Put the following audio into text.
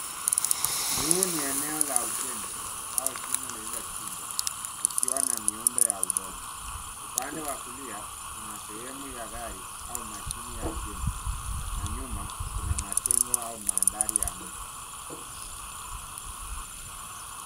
Huu ni eneo la ujenzi au shimo lililochimbwa likiwa na miundo ya udongo. Upande wa kulia, kuna sehemu ya gari au mashine ya ujenzi na nyuma kuna majengo au mandhari ya mji.